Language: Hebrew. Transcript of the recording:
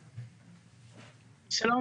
שלום,